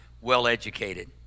well-educated